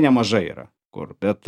nemažai yra kur bet